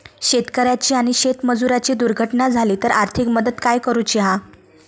शेतकऱ्याची आणि शेतमजुराची दुर्घटना झाली तर आर्थिक मदत काय करूची हा?